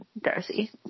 Darcy